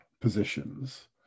positions